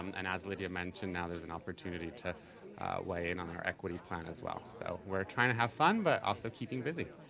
um and as lydia mentioned, now there's an opportunity to weigh in on the equity plan as well. so we're trying to have fun but also keeping busy.